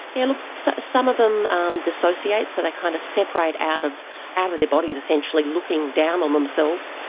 yeah look, some of them um dissociate, so they kind of separate out of out of their bodies essentially, looking down on themselves,